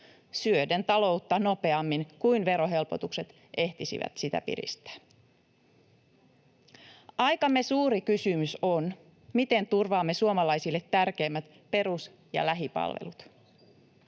syöden taloutta nopeammin kuin verohelpotukset ehtisivät sitä piristää. Aikamme suuri kysymys on, miten turvaamme suomalaisille tärkeimmät perus- ja lähipalvelut.